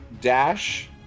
dash